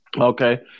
Okay